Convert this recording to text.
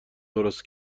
درست